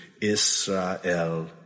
Israel